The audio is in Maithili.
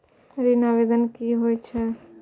ऋण आवेदन की होय छै?